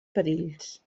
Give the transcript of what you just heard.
perills